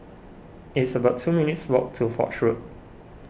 it's about two minutes' walk to Foch Road